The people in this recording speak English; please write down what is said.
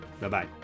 Bye-bye